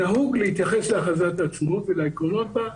נהוג להתייחס להכרזת העצמאות ולעקרונות בה,